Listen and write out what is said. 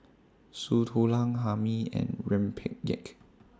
Soup Tulang Hae Mee and Rempeyek